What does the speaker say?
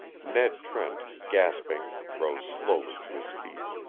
ned trent, gasping, rose slowly to his feet.